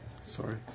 Sorry